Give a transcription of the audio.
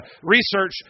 research